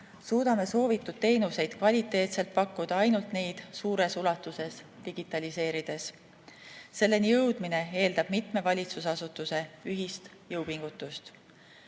suudame soovitud teenuseid kvaliteetselt pakkuda ainult neid suures ulatuses digitaliseerides. Selleni jõudmine eeldab mitme valitsusasutuse ühist jõupingutust.